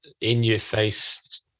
in-your-face